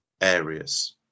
areas